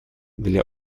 для